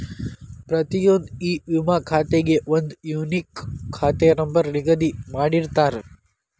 ಪ್ರತಿಯೊಂದ್ ಇ ವಿಮಾ ಖಾತೆಗೆ ಒಂದ್ ಯೂನಿಕ್ ಖಾತೆ ನಂಬರ್ ನಿಗದಿ ಮಾಡಿರ್ತಾರ